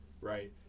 right